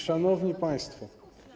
Szanowni Państwo!